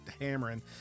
hammering